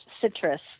citrus